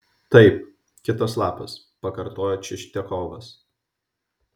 taip kitas lapas pakartojo čistiakovas